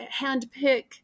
handpick